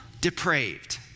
depraved